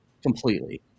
Completely